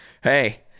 hey